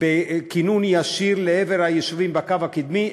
בכינון ישיר לעבר היישובים בקו הקדמי,